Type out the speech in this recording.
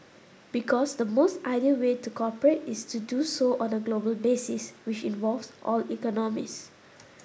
because the most ideal way to cooperate is to do so on a global basis which involves all economies